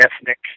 ethnic